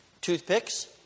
Toothpicks